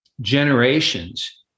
generations